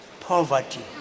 poverty